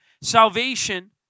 Salvation